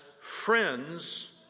friends